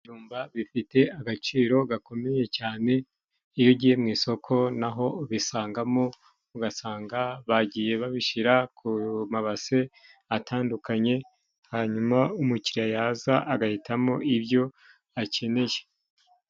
Ibijumba bifite agaciro gakomeye cyane, iyo ugiye mu isoko naho ubisangamo, ugasanga bagiye babishyira ku mabase atandukanye, hanyuma umukiriya yaza agahitamo ibyo akeneye.